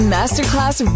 Masterclass